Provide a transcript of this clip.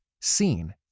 seen